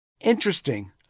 Interesting